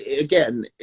Again